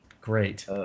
Great